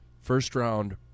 first-round